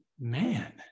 man